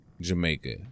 Jamaica